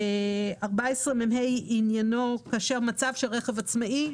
סעיף 14מה מתייחס למצב של רכב עצמאי,